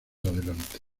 adelante